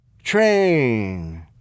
Train